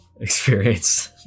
experience